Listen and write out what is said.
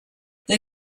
they